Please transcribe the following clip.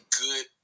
good